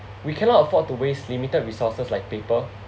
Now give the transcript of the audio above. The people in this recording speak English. we cannot afford to waste limited resources like paper